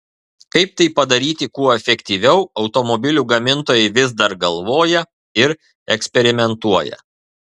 kaip tai padaryti kuo efektyviau automobilių gamintojai vis dar galvoja ir eksperimentuoja